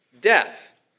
death